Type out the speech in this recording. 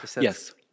Yes